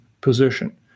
position